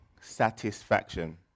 satisfaction